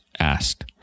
asked